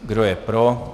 Kdo je pro?